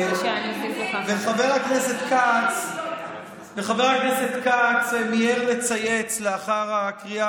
חבר הכנסת כץ מיהר לצייץ לאחר הקריאה